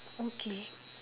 okay